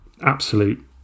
absolute